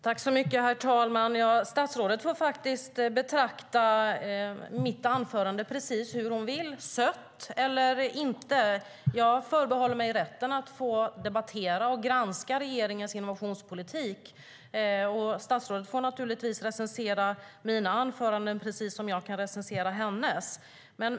Herr talman! Statsrådet får betrakta mitt anförande precis hur hon vill - sött eller inte. Jag förbehåller mig rätten att debattera och granska regeringens innovationspolitik. Statsrådet får naturligtvis recensera mina anföranden precis som jag kan recensera hennes.